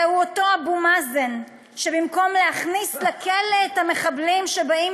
זהו אותו אבו מאזן שבמקום להכניס לכלא את המחבלים שבאים